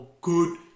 good